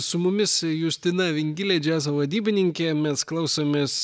su mumis justina vingilė džiazo vadybininkė mes klausomės